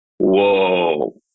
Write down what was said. Whoa